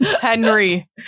Henry